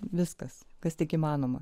viskas kas tik įmanoma